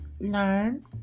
learn